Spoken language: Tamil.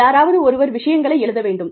யாராவது ஒருவர் விஷயங்களை எழுத வேண்டும்